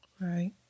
Right